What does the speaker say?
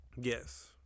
yes